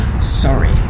Sorry